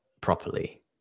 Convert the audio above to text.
properly